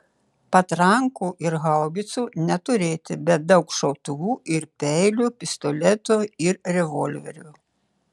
patrankų ir haubicų neturėti bet daug šautuvų ir peilių pistoletų ir revolverių